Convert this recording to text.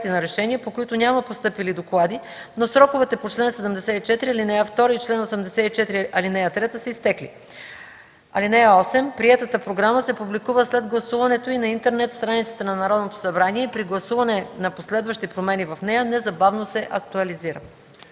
за решения, по които няма постъпили доклади, но сроковете по чл. 74, ал. 2 и чл. 84, ал. 3 са изтекли. (8) Приетата програма се публикува след гласуването й на интернет страницата на Народното събрание и при гласуване на последващи промени в нея незабавно се актуализира.”